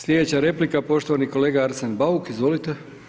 Slijedeća replika poštovani kolega Arsen Bauk, izvolite.